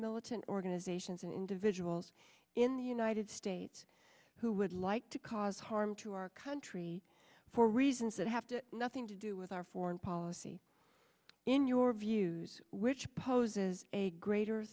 militant organizations and individuals in the united states who would like to cause harm to our country for reasons that have to nothing to do with our foreign policy in your views which poses a greater